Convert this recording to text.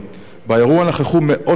באירוע נכחו מאות משתתפים,